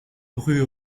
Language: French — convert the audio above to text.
rue